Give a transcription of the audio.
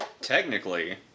Technically